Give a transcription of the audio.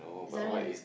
Zharain